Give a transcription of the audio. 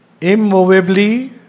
Immovably